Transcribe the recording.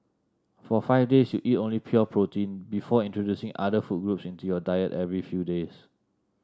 for five days you eat only pure protein before introducing other food groups into your diet every few days